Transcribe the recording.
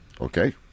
Okay